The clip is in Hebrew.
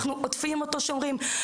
אנחנו עוטפים אותו ושומרים עליו.